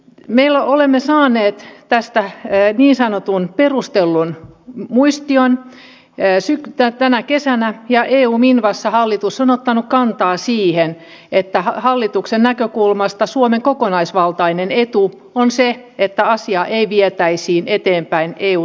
me olemme saaneet tästä niin sanotun perustellun muistion tänä kesänä ja eu minvassa hallitus on ottanut kantaa siihen että hallituksen näkökulmasta suomen kokonaisvaltainen etu on se että asiaa ei vietäisi eteenpäin eu tuomioistuimeen